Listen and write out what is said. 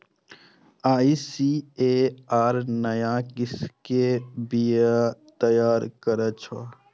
ICAR नया किस्म के बीया तैयार करै छै